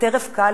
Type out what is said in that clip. כטרף קל,